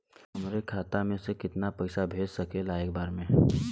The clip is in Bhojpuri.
हमरे खाता में से कितना पईसा भेज सकेला एक बार में?